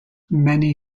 many